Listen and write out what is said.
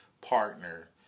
partner